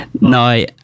no